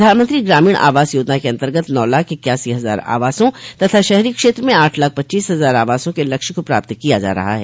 प्रधानमंत्री ग्रामीण आवास योजना के अन्तर्गत नौ लाख इक्यासी हजार आवासों तथा शहरी क्षेत्र में आठ लाख पच्चीस हजार आवासों के लक्ष्य को प्राप्त किया जा रहा है